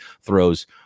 throws